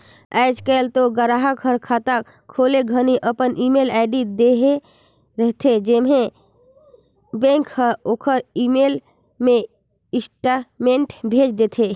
आयज कायल तो गराहक हर खाता खोले घनी अपन ईमेल आईडी देहे रथे जेम्हें बेंक हर ओखर ईमेल मे स्टेटमेंट भेज देथे